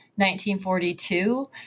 1942